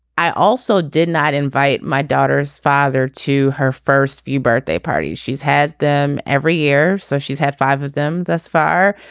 i also did not invite my daughter's father to her first few birthday parties. she's had them every year so she's had five of them thus far.